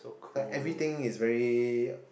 e~ everything is very